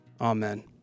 Amen